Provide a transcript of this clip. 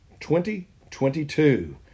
2022